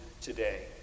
today